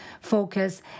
focus